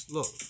Look